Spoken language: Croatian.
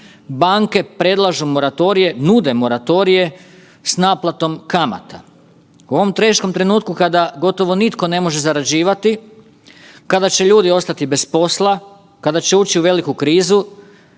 banke predlažu moratorije, nude moratorije s naplatom kamata. U ovom teškom trenutku kada gotovo nitko ne može zarađivati, kada će ljudi ostati bez posla, kada će ući u veliku krizu